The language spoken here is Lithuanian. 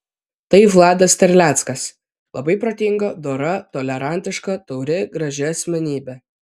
tai vladas terleckas labai protinga dora tolerantiška tauri graži asmenybė